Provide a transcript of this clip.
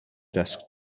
desk